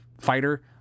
fighter